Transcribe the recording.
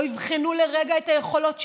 לא יבחנו לרגע את היכולות שלה,